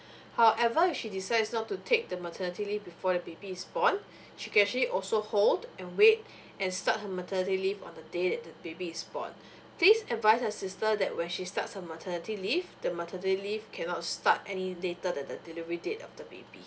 however if she decides not to take the maternity leave before the baby is born she can actually also hold and wait and start her maternity leave on the day that the baby is born please advise your sister that when she starts her maternity leave the maternity leaven cannot start any later than the delivery date of the baby